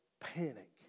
panic